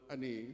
Ani